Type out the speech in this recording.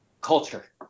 culture